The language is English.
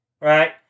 Right